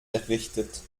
errichtet